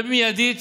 ומיידית